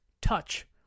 Touch